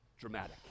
dramatic